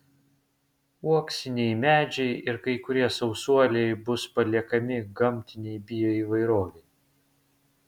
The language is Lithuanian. uoksiniai medžiai ir kai kurie sausuoliai bus paliekami gamtinei bioįvairovei